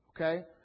Okay